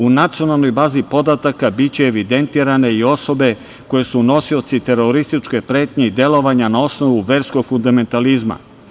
U nacionalnoj bazi podataka biće evidentirane i osobe koje su nosioci terorističke pretnje i delovanja na osnovu verskog fundamentalizma.